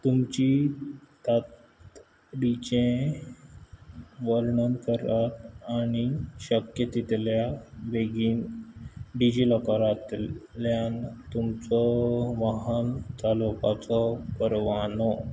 तुमची तातडीचें वर्णन करात आनी शक्य तितल्या बेगीन डिजिलॉकरांतल्यान तुमचो वाहन चालोवपाचो परवानो